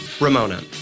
Ramona